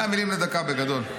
מאה מילים לדקה, בגדול.